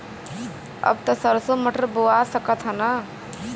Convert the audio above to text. अब त सरसो मटर बोआय सकत ह न?